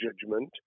judgment